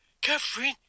Catherine